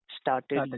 started